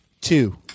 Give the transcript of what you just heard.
two